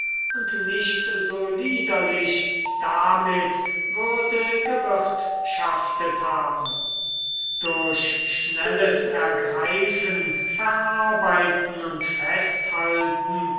und nicht so liederlich damit würde gewirtschaftet haben durch schnelles ergreifen verarbeiten und festhalten